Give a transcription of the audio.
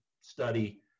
study